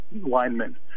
linemen